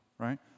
right